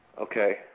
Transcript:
okay